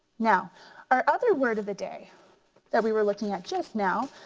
now our other word of the day that we were looking at just now,